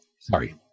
Sorry